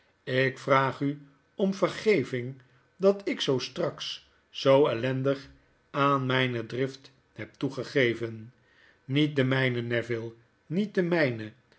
lk vraag u om vergeving dat ik zoo straks zoo ellendig aan myne drift heb toegegeven niet de myne neville niet de